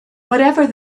whatever